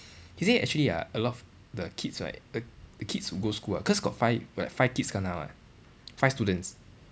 he say actually ah a lot of the kids right the the kids go school ah cause got five like five kids kena [what] five students